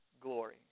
glory